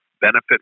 benefit